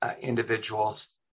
individuals